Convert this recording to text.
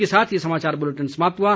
इसी के साथ ये समाचार बुलेटिन समाप्त हुआ